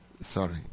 Sorry